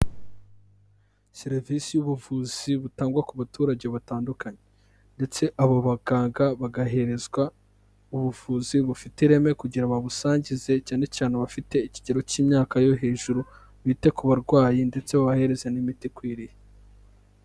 Serevisi y'ubuvuzi butangwa ku baturage batandukanye, ndetse abo baganga bagaherezwa ubuvuzi bufite ireme kugira babusangize, cyane cyane abafite ikigero cy'imyaka yo hejuru, bite ku barwayi ndetse babahereze n'imiti ikwiriye.